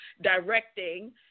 directing